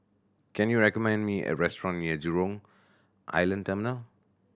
can you recommend me a restaurant near Jurong Island Terminal